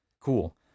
cool